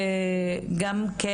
וגם כן,